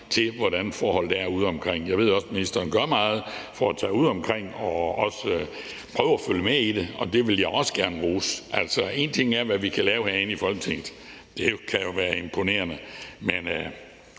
til, hvordan forholdene er udeomkring. Jeg ved også, at ministeren gør meget for at tage ud og omkring og også prøve at følge med i det, og det vil jeg også gerne rose. Altså, én ting er, hvad vi kan lave herinde i Folketinget – det kan jo være imponerende